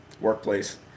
workplace